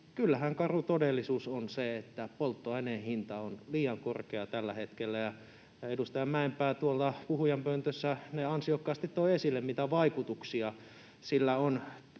kyllähän karu todellisuus on se, että polttoaineen hinta on liian korkea tällä hetkellä, ja edustaja Mäenpää tuolla puhujanpöntössä ansiokkaasti toi esille, mitä vaikutuksia sillä on